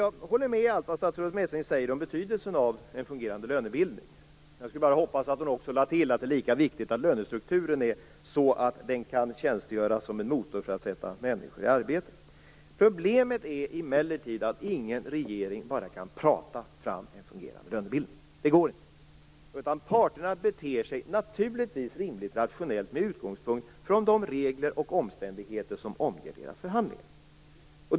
Jag håller med om allt som statsrådet Messing säger om betydelsen av en fungerande lönebildning. Jag hoppas bara att hon skall lägga till att det är lika viktigt att lönestrukturen blir sådan att den kan tjänstgöra som en motor för att sätta människor i arbete. Problemet är emellertid att ingen regering bara kan prata fram en fungerande lönebildning. Det går inte. Parterna beter sig naturligtvis rimligt rationellt med utgångspunkt från de regler och omständigheter som omger deras förhandlingar.